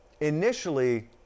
Initially